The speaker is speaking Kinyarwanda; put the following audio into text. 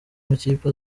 amakipe